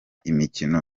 imikino